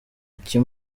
icyo